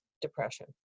depression